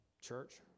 church